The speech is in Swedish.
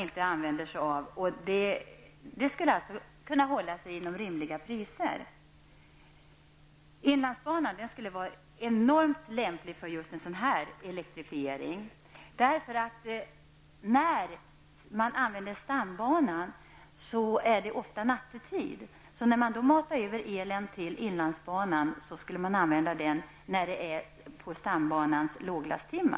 Det går alltså att hålla sig inom rimliga kostnader. Inlandsbanan lämpar sig bra för en sådan elektrifiering. Stambanan används ofta nattetid. Matning av el från stambanan till inlandsbanan skulle alltså ske när stambanan har låg belastning.